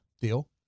Deal